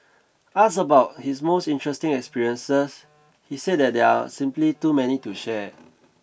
ask about his most interesting experiences he said that there are simply too many to share